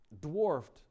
dwarfed